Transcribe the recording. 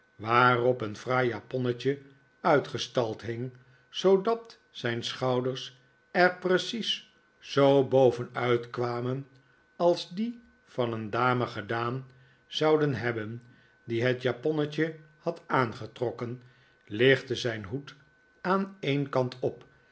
waarop een fraai japonnetje uitgestald hing zoodat zijn schouders er precies zoo boven uitkwamen als die van een dame gedaan zouden hebben die het japonnetje had aangetrokken lichtte zijn hoed aan een kant op